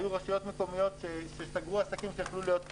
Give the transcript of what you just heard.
היו רשויות מקומיות שסגרו עסקים שיכולים היו להיות פתוחים.